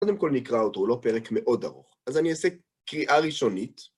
קודם כל נקרא אותו, הוא לא פרק מאוד ארוך, אז אני אעשה קריאה ראשונית.